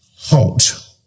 halt